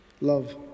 love